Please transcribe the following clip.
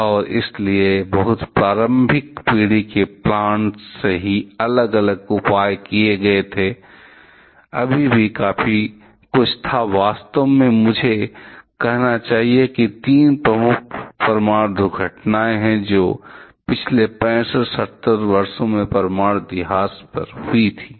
और इसलिए बहुत प्रारंभिक पीढ़ी के प्लांट से ही अलग अलग सुरक्षा उपाय किए गए थे अभी भी काफी कुछ था वास्तव में मुझे कहना चाहिए कि तीन प्रमुख परमाणु दुर्घटनाएं हैं जो पिछले 65 70 वर्षों के परमाणु इतिहास पर हुई थीं